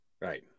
right